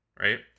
right